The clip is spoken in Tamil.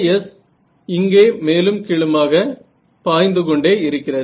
Js இங்கே மேலும் கீழுமாக பயந்து கொண்டே இருக்கிறது